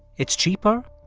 it's cheaper.